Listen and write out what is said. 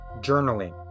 journaling